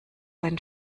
dein